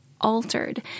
altered